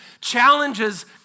challenges